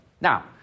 Now